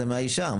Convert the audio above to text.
זה מהאישה.